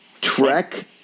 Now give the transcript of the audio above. Trek